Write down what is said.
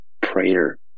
Prayer